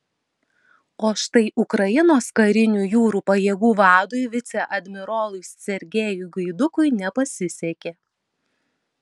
o štai ukrainos karinių jūrų pajėgų vadui viceadmirolui sergejui gaidukui nepasisekė